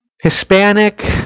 Hispanic